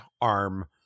arm